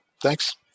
thanks